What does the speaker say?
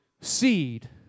seed